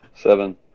Seven